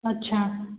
अच्छा